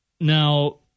Now